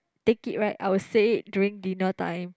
take it right I will say it during dinner time